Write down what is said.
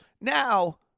Now